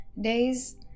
days